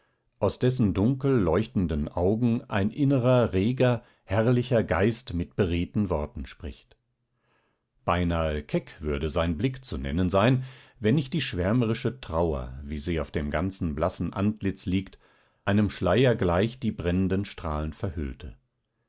aus dessen dunkel leuchtenden augen ein innerer reger herrlicher geist mit beredten worten spricht beinahe keck würde sein blick zu nennen sein wenn nicht die schwärmerische trauer wie sie auf dem ganzen blassen antlitz liegt einem schleier gleich die brennenden strahlen verhüllte